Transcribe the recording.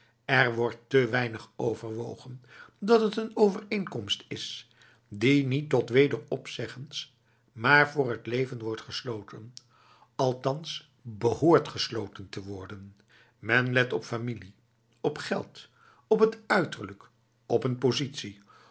er wordt te weinig overwogen dat het een overeenkomst is die niet tot wederopzeggens maar voor het leven wordt gesloten althans behoort gesloten te worden men let op familie op geld op het uiterlijk op een positie